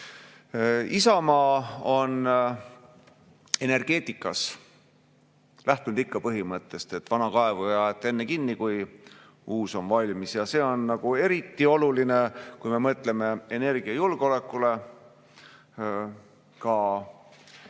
on energeetikas lähtunud ikka põhimõttest, et vana kaevu ei aeta enne kinni, kui uus on valmis. Ja see on eriti oluline, kui me mõtleme energiajulgeolekule, ka